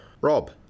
Rob